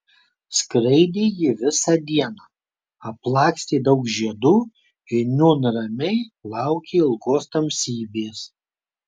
skraidė ji visą dieną aplakstė daug žiedų ir nūn ramiai laukė ilgos tamsybės